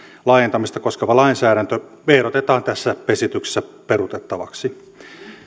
laajentamista koskeva lainsäädäntö ehdotetaan tässä esityksessä peruutettavaksi